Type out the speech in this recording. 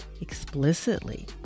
explicitly